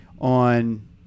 on